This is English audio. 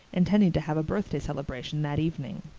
intending to have a birthday celebration that evening.